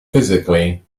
physically